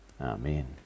Amen